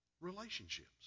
relationships